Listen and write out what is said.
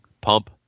pump